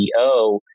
CEO